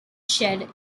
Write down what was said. shed